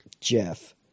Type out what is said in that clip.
Jeff